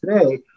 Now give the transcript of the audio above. today